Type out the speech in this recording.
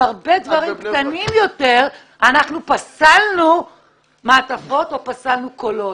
על הרבה דברים קטנים יותר אנחנו פסלנו מעטפות או פסלנו קולות,